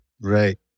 Right